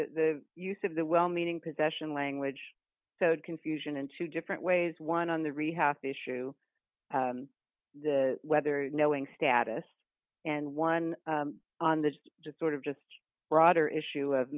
the use of the well meaning possession language so confusion in two different ways one on the rehab issue whether knowing status and one on the just sort of just broader issue of